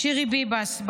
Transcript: שירי ביבס,